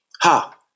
Ha